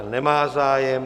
Nemá zájem.